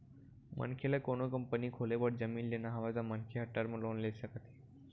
मनखे ल कोनो कंपनी खोले बर जमीन लेना हवय त मनखे ह टर्म लोन ले सकत हे